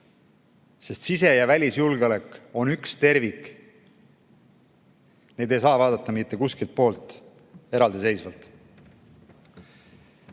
sest sise- ja välisjulgeolek on üks tervik. Neid ei saa vaadata mitte kuskilt poolt eraldiseisvalt. Tuletan